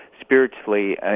spiritually